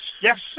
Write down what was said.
yes